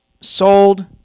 sold